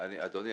אדוני,